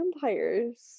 vampires